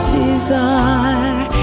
desire